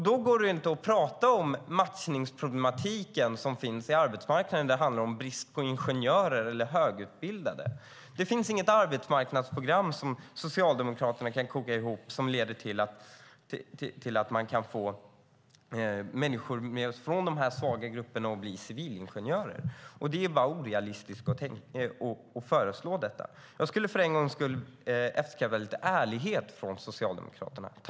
Då går det inte att prata om den matchningsproblematik som finns på arbetsmarknaden. Det handlar om brist på ingenjörer eller högutbildade. Det finns inget arbetsmarknadsprogram som Socialdemokraterna kan koka ihop som leder till att man kan få människor från de här svaga grupperna att bli civilingenjörer. Det är bara orealistiskt att föreslå detta. Jag skulle för en gångs skull vilja efterlysa lite ärlighet från Socialdemokraterna.